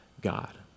God